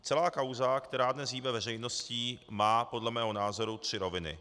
Celá kauza, která dnes hýbe veřejností, má podle mého názoru tři roviny.